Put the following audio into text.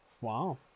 wow